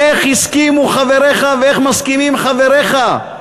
איך הסכימו חבריך ואיך מסכימים חבריך?